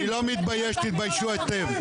אני לא מתבייש, תתביישו אתם.